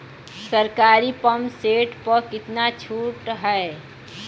सरकारी pump set प कितना छूट हैं?